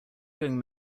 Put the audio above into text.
going